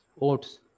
oats